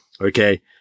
Okay